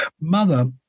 mother